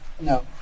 No